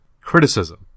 criticism